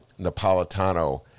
napolitano